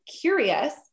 curious